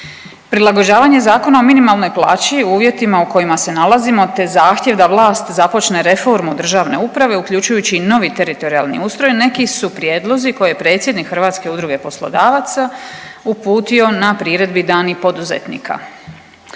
prilagođavanje Zakona o minimalnoj plaći u uvjetima u kojima se nalazimo te zahtjev da vlast započne reformu državne uprave uključujući i novi teritorijalni ustroj, neki su prijedlozi koje je predsjednik HUP-a uputio na priredbi „Dani poduzetnika“.